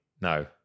No